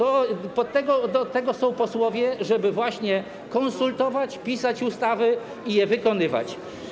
Od tego są posłowie, żeby właśnie to konsultować, pisać ustawy i je wykonywać.